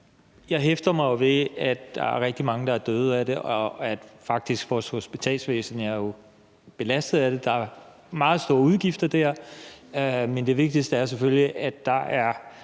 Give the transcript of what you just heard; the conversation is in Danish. Jeg hæfter mig ved, at der er rigtig mange, der er døde af det, og at vores hospitalsvæsen faktisk er belastet af det; der er meget store udgifter dér. Men det vigtigste er selvfølgelig, at der er